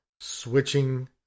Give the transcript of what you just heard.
switching